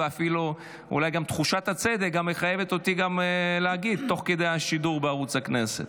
ואולי גם תחושת הצדק מחייבת אותי להגיד תוך כדי השידור בערוץ הכנסת.